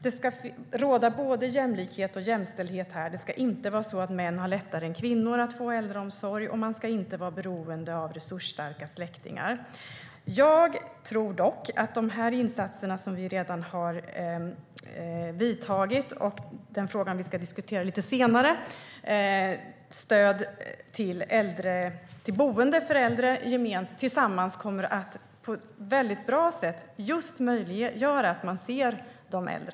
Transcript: Det ska råda både jämlikhet och jämställdhet. Det ska inte vara så att män har lättare än kvinnor att få äldreomsorg, och man ska inte vara beroende av resursstarka släktingar. Jag tror dock att de insatser som vi redan har vidtagit och den fråga som vi ska diskutera lite senare, stöd till boende för äldre, tillsammans på ett väldigt bra sätt kommer att möjliggöra att man ser de äldre.